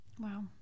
Wow